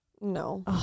No